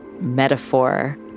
metaphor